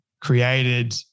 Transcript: created